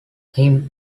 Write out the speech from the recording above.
him